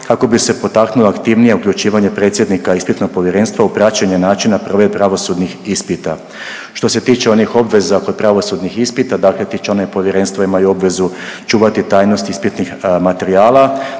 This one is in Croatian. kako bi se potaknulo aktivnije uključivanje predsjednika ispitnog povjerenstva u praćenje načina provedbe pravosudnih ispita. Što se tiče onih obveza kod pravosudnih ispita, dakle, ti članovi povjerenstva imaju obvezu čuvati tajnost ispitnih materijala